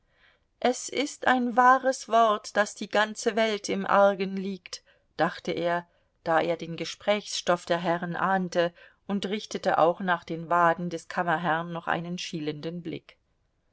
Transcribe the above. es ist ein wahres wort daß die ganze welt im argen liegt dachte er da er den gesprächsstoff der herren ahnte und richtete auch nach den waden des kammerherrn noch einen schielenden blick